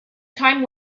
time